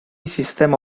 sistema